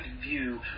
view